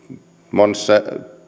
monissa